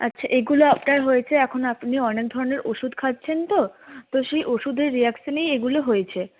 আচ্ছা এগুলো আপনার হয়েছে এখন আপনি অনেক ধরণের ওষুধ খাচ্ছেন তো তো সেই ওষুধের রিঅ্যাকশনেই এগুলো হয়েছে